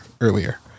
earlier